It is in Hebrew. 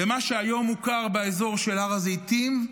במה שהיום מוכר באזור של הר הזיתים,